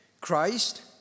christ